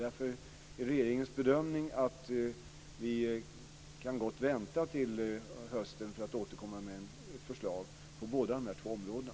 Därför är regeringens bedömning att vi kan gott vänta till hösten för att återkomma med förslag på båda områdena.